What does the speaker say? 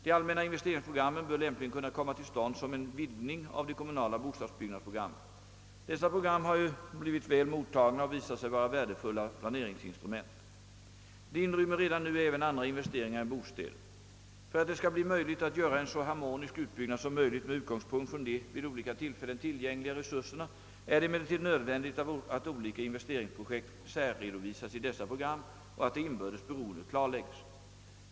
De allmänna investeringsprogrammen bör lämpligen kunna komma till stånd som en vidgning av de kommunala bostadsbyggnadsprogrammen. Dessa program har ju blivit väl mottagna och visat sig vara värdefulla planeringsinstrument. De inrymmer redan nu även andra investeringar än bostäder. För att det skall bli möjligt att göra en så harmonisk utbyggnad som möjligt med utgångspunkt från de vid olika tillfällen tillgängliga resurserna är det emellertid nödvändigt att olika investeringsprojekt särredovisas i dessa program och att det inbördes beroendet klarläggs.